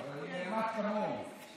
אני נעמד כמוהו.